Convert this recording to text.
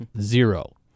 Zero